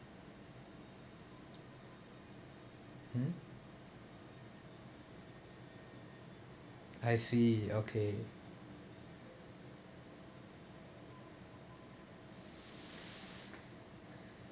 mm I see okay